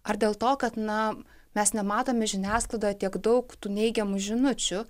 ar dėl to kad na mes nematome žiniasklaidoje tiek daug tų neigiamų žinučių